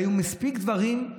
היו מספיק דברים,